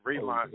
relaunch